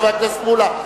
חבר הכנסת מולה.